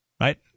right